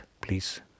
Please